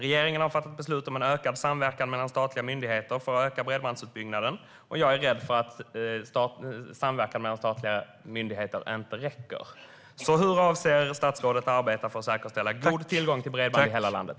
Regeringen har fattat beslut om en ökad samverkan mellan statliga myndigheter för att öka bredbandsutbyggnaden. Jag är rädd för att samverkan mellan statliga myndigheter inte räcker. Hur avser statsrådet att arbeta för att säkerställa en god tillgång till bredband i hela landet?